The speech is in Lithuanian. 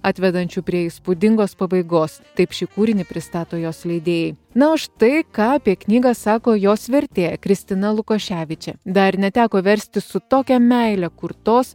atvedančių prie įspūdingos pabaigos taip šį kūrinį pristato jos leidėjai na o štai ką apie knygą sako jos vertėja kristina lukoševičė dar neteko versti su tokia meile kurtos